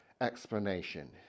explanation